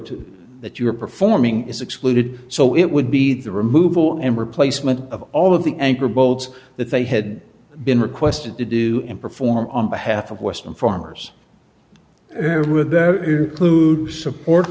to that you are performing is excluded so it would be the removal and replacement of all of the anchor boats that they had been requested to do perform on behalf of western farmers clued support